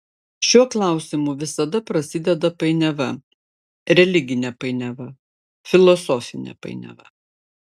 šiuo klausimu visada prasideda painiava religinė painiava filosofinė painiava